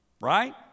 right